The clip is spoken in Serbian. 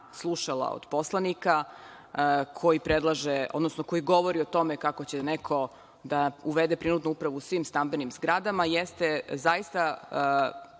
od poslanika, koji govori o tome kako će neko da uvede prinudnu upravu u svim stambenim zgradama, jeste zaista